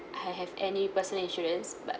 I've have any personal insurance but